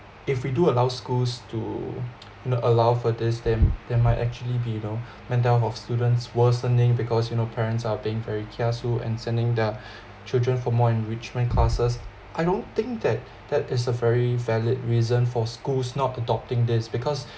if we do allow schools to allow for this then then might actually be you know mental health of students worsening because you know parents are being very kiasu and sending their children for more enrichment classes I don't think that that is a very valid reason for schools not adopting this because